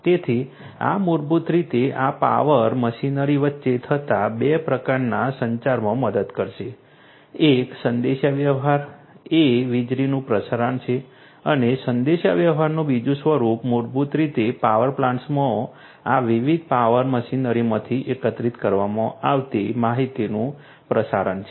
તેથી આ મૂળભૂત રીતે આ પાવર મશીનરી વચ્ચે થતા 2 પ્રકારના સંચારમાં મદદ કરશે એક સંદેશાવ્યવહાર એ વીજળીનું પ્રસારણ છે અને સંદેશાવ્યવહારનું બીજું સ્વરૂપ મૂળભૂત રીતે પાવર પ્લાન્ટ્સમાં આ વિવિધ પાવર મશીનરીમાંથી એકત્રિત કરવામાં આવતી માહિતીનું પ્રસારણ છે